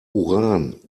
uran